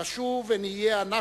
נשוב ונהיה אנחנו,